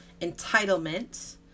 entitlement